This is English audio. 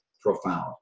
profound